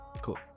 Cool